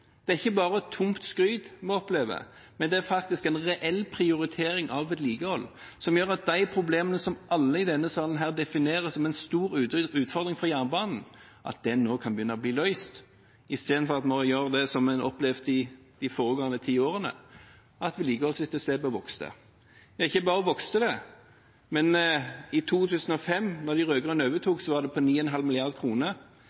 Det er ikke bare tomt skryt vi opplever, det er faktisk en reell prioritering av vedlikehold som gjør at de problemene som alle her i denne salen definerer som en stor utfordring for jernbanen, nå kan begynne å bli løst – i stedet for at en gjør det slik en har opplevd i de foregående ti årene: at vedlikeholdsetterslepet vokste. Ikke bare vokste det: I 2005, da de rød-grønne overtok, var det på 9,5